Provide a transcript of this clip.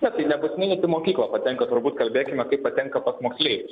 na tai nebūtinai net į mokyklą patenka turbūt kalbėkime kaip patenka pas moksleivius